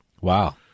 Wow